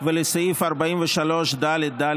ולסעיף 43ד(ד)